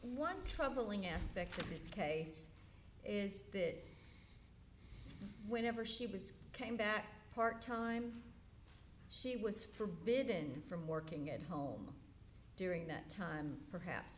one troubling aspect of this case is that whenever she was came back part time she was forbidden from working at home during that time perhaps